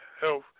health